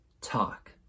talk